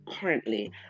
currently